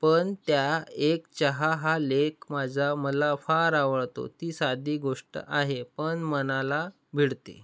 पण त्या एक चहा हा लेख माझा मला फार आवडतो ती साधी गोष्ट आहे पण मनाला भिडते